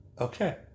Okay